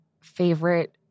favorite